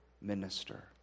minister